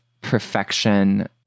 perfection